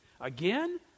Again